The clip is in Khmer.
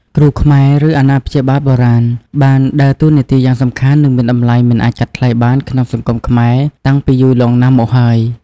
គ្រូខ្មែរ ឬអ្នកព្យាបាលបុរាណ បានដើរតួនាទីយ៉ាងសំខាន់ និងមានតម្លៃមិនអាចកាត់ថ្លៃបានក្នុងសង្គមខ្មែរតាំងពីយូរលង់ណាស់មកហើយ។